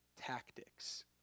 tactics